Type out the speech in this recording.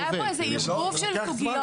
היה פה איזה ערבוב של סוגיות.